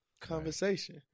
conversation